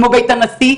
כמו בית הנשיא,